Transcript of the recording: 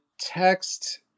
text